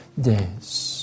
days